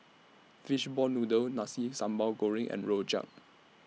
Fishball Noodle Nasi Sambal Goreng and Rojak